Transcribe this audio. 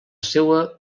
seva